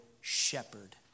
shepherd